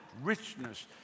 richness